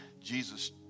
Jesus